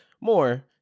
more